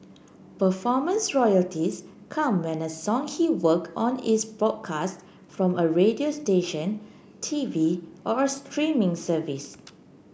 performance royalties come when a song he worked on is broadcast from a radio station T V or a streaming service